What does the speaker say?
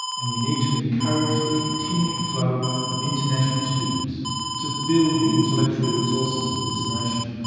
and we need to encourage the continued flow of international students to build the intellectual resources of this nation,